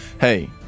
hey